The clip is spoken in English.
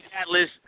Atlas